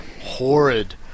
horrid